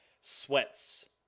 Sweats